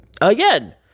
again